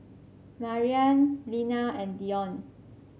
Mariann Linna and Dion